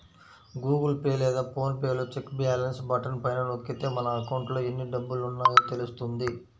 Google Pay లేదా PhonePe లో check balance button పైన నొక్కితే మన అకౌంట్లో ఎన్ని డబ్బులున్నాయో తెలుస్తుంది